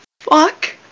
fuck